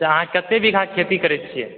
अच्छा अहाँ कतय बीघा खेती करै छियै